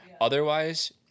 Otherwise